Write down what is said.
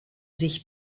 sich